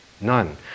None